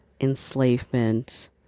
enslavement